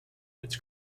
its